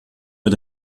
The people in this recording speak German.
mit